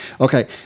Okay